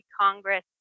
Congress